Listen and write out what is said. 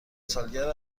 سالگرد